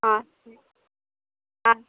ஆ சரி ஆ